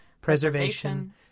preservation